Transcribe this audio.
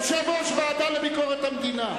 יושב-ראש הוועדה לביקורת המדינה,